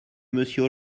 monsieur